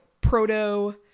proto